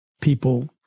people